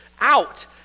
out